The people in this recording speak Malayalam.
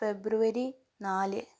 ഫെബ്രുവരി നാല്